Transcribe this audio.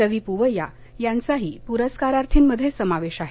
रवी पुवैय्या यांचाही पुरस्कार्थीमध्ये समावेश आहे